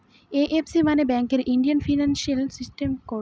IFC মানে ব্যাঙ্কের Indian financial system code